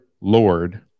Lord